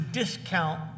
discount